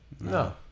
No